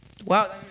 Wow